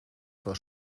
for